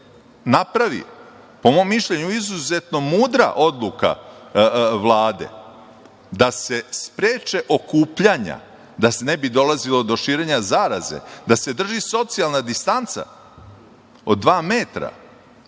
napravi, po mom mišljenju, izuzetno mudra odluka Vlade da se spreče okupljanja, da ne bi dolazilo do širenja zaraze, da se drži socijalna distanca od dva metra,